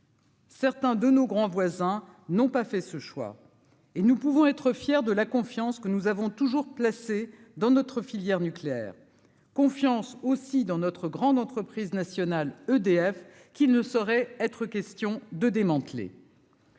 Certains de nos grands voisins n'ont pas fait ce choix et nous pouvons être fiers de la confiance que nous avons toujours placé dans notre filière nucléaire confiance aussi dans notre grande entreprise nationale EDF qui ne saurait être question de démanteler.